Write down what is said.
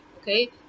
okay